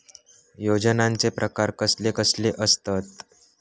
योजनांचे प्रकार कसले कसले असतत?